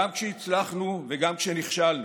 גם כשהצלחנו וגם כשנכשלנו.